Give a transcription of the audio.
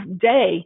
day